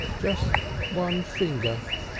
just one finger.